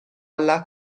alla